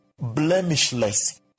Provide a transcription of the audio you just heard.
blemishless